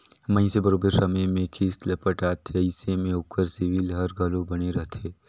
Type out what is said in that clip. मइनसे बरोबेर समे में किस्त ल पटाथे अइसे में ओकर सिविल हर घलो बने रहथे